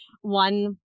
one